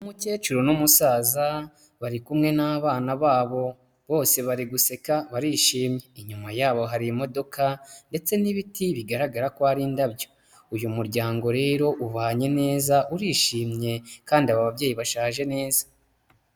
Umukecuru n'umusaza bari kumwe n'abana babo, bose bari guseka barishimye, inyuma yabo hari imodoka ndetse n'ibiti bigaragara ko ari indabyo, uyu muryango rero ubanye neza urishimye kandi aba babyeyi bashaje neza.